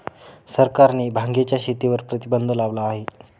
सरकारने भांगेच्या शेतीवर प्रतिबंध लावला आहे